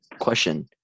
question